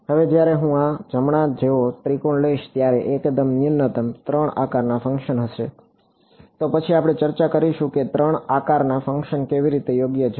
હવે જ્યારે હું આ જમણા જેવો ત્રિકોણ લઈશ ત્યારે એકદમ ન્યૂનતમ 3 આકારના ફંક્શન હશે તો પછી આપણે ચર્ચા કરીશું કે 3 આકારના ફંક્શન કેવી રીતે યોગ્ય છે